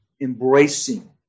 embracing